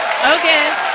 Okay